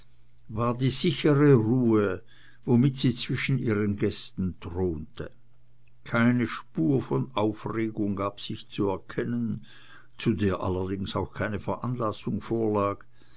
war die sichere ruhe womit sie zwischen ihren gästen thronte keine spur von aufregung gab sich zu erkennen zu der allerdings auch keine veranlassung vorlag